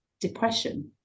depression